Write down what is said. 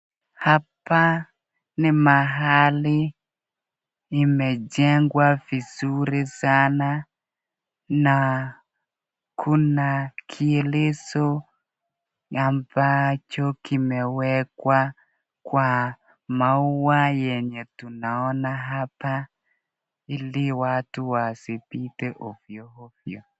Hapa ni mahali imejengwa vizuri sana na kuna kielezo ambacho kimewekwa kwa maua yenye tunaona hapa ili watu wasipite ovyo ovyo.